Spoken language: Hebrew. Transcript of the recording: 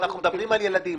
אנחנו מדברים על ילדים,